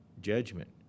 judgment